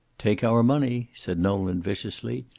take our money, said nolan viciously.